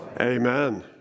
Amen